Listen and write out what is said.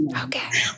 Okay